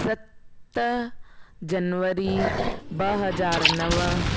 सत जनवरी ब हज़ार नव